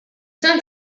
son